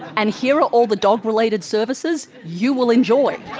and here are all the dog-related services you will enjoy,